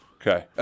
Okay